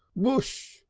woosh!